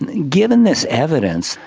and given this evidence,